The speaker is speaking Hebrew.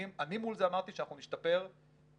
אני מול זה אמרתי שאנחנו נשתפר במימושים,